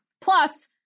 Plus